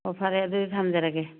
ꯑꯣ ꯐꯔꯦ ꯑꯗꯨꯗꯤ ꯊꯝꯖꯔꯒꯦ